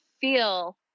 feel